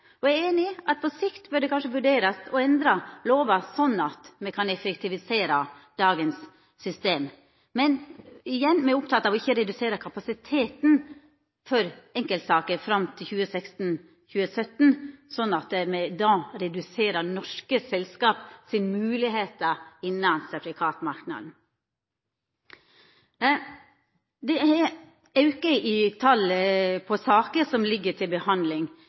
at det på sikt kanskje bør vurderast å endra lova sånn at me kan effektivisera dagens system, men – igjen – me er opptekne av ikkje å redusera kapasiteten for enkeltsaker fram til 2016–2017, sånn at me da reduserer moglegheitene til norske selskap innan sertifikatmarknaden. Det er ein auke i talet på saker som ligg til behandling.